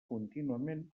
contínuament